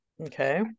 Okay